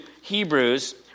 Hebrews